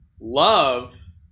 love